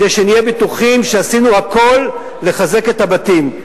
כדי שנהיה בטוחים שעשינו הכול כדי לחזק את הבתים.